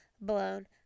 blown